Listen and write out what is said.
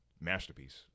masterpiece